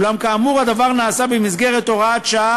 אולם כאמור הדבר נעשה במסגרת הוראת שעה,